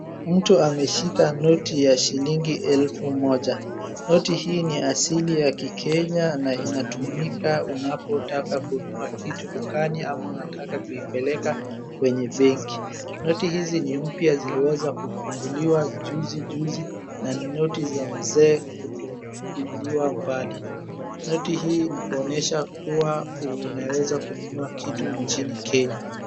Mtu ameshika noti ya shilingi elfu. Noti hii ni asili ya Kikenya na inatumika unapotaka kununua kitu dukani ama unataka kuipeleka kwenye benki. Noti hizi ni mpya ziliweza kufunguliwa juzi juzi na noti za mzee kutupiliwa mbali. Noti hii ni kuonyesha kuwa unaweza kununua kitu nchini Kenya.